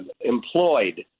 employed